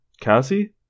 Cassie